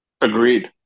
Agreed